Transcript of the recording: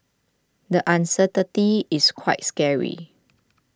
the uncertainty is quite scary